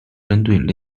针对